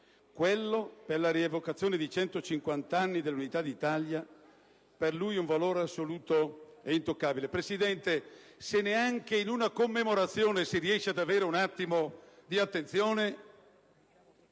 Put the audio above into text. quella per la rievocazione dei 150 anni dell'Unità di Italia, per lui un valore assoluto e intoccabile. *(Brusìo).* Presidente, neanche in una commemorazione si riesce ad avere un attimo di attenzione.